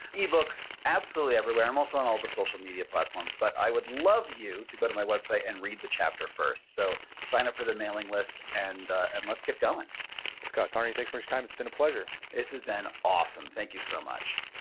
the e-book's absolutely everywhere. i'm also on all the social media platforms. but i would love you to go to my website and read the chapter first. so sign up for the mailing list and and let's get going scott carney, thanks for your time. it's been a pleasure this has been awesome. thank you so much